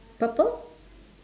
purple